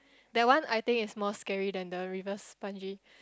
that one I think is more scary than the reverse bungee